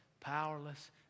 powerless